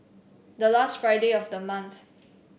the last Friday of the month